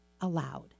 allowed